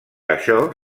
això